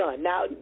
Now